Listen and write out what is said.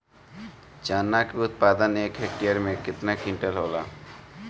चना क उत्पादन एक हेक्टेयर में कव क्विंटल होला?